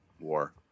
WAR